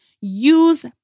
Use